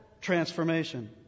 transformation